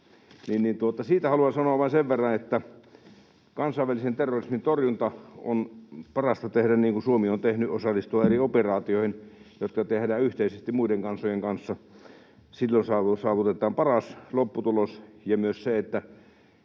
siitä haluan sanoa vain sen verran, että kansainvälisen terrorismin torjunta on parasta tehdä niin kuin Suomi on tehnyt: osallistua eri operaatioihin, jotka tehdään yhteisesti muiden kansojen kanssa. Silloin saavutetaan paras lopputulos ja myös se, että